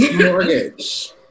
Mortgage